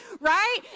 right